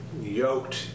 yoked